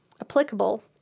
applicable